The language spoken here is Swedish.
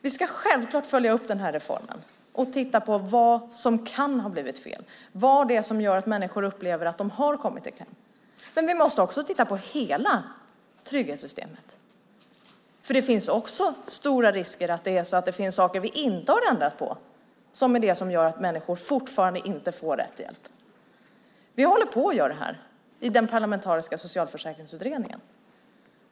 Vi ska självklart följa upp denna reform och titta på vad som kan ha blivit fel och vad det är som gör att människor upplever att de har kommit i kläm. Men vi måste också titta på hela trygghetssystemet, för det finns också stora risker att det finns saker som vi inte har ändrat på och som gör att människor fortfarande inte får rätt hjälp. Vi håller på att göra detta i den parlamentariska socialförsäkringsutredningen.